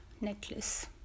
necklace